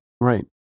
Right